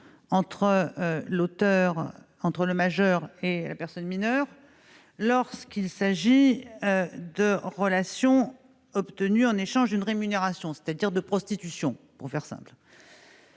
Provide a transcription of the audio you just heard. entre le majeur et le mineur, lorsqu'il s'agit de relations sexuelles obtenues en échange d'une rémunération, c'est-à-dire de prostitution, pour faire simple.